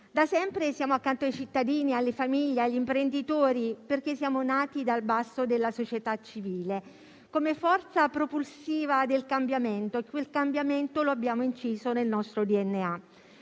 Da sempre siamo accanto ai cittadini, alle famiglie e agli imprenditori perché siamo nati dal basso della società civile, come forza propulsiva del cambiamento e quel cambiamento lo abbiamo inciso nel nostro DNA.